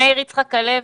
נמצא אתנו מאיר יצחק הלוי,